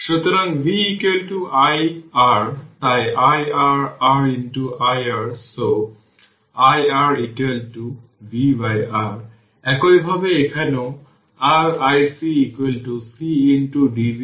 সুতরাং v iR তাই iR r iR so iR vR একইভাবে এখানেও r iC C dv dt